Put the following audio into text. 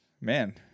Man